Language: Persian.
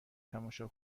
تماشا